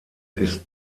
ist